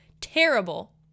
terrible